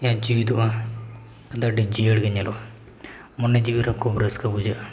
ᱡᱤᱣᱭᱮᱫᱚᱜᱼᱟ ᱟᱫᱚ ᱟᱹᱰᱤ ᱡᱤᱭᱟᱹᱲᱜᱮ ᱧᱮᱞᱚᱜᱼᱟ ᱢᱚᱱᱮ ᱡᱤᱣᱤᱨᱮ ᱠᱷᱩᱵ ᱨᱟᱹᱥᱠᱟᱹ ᱵᱩᱡᱷᱟᱹᱜᱼᱟ